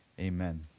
Amen